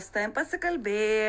su tavim pasikalbė